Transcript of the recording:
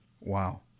Wow